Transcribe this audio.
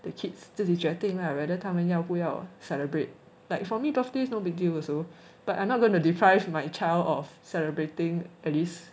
the kids 自己决定 lah whether 他们要不要 celebrate like for me birthdays no big deal also but I'm not going to deprive my child of celebrating at least